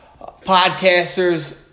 podcasters